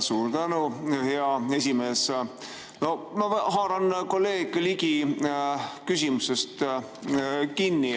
Suur tänu, hea esimees! No ma haaran kolleeg Ligi küsimusest kinni.